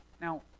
Now